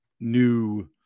new